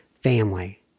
family